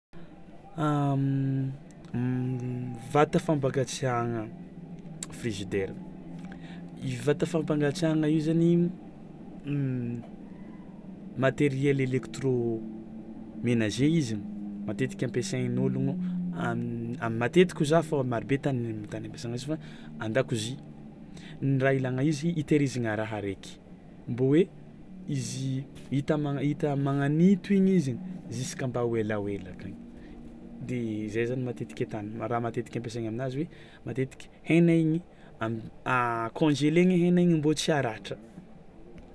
Vata fampangatsiahna figidera, vata fampangatsiahana io zany, materiel elektro menager izy matetiky ampiasain'ologno, amin'ny amy matetiky hoy zah maro be tany tany ampiasaina azy fa andakozia ny raha ilana izy hitehirizana raha reky, mbô hoe izy hita magn- hita magn'ito igny izy igny ziska mba ho elaela akagny de zay zany matetiky ataony ma raha matetiky ampiasainy aminazy, hoe matetiky hena igny amy konzeleny hena igny mbô tsy haratra.